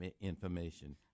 information